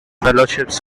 fellowships